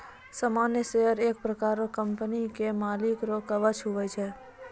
सामान्य शेयर एक प्रकार रो कंपनी के मालिक रो कवच हुवै छै